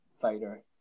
fighter